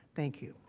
thank you.